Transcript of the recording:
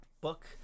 book